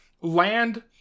land